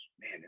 man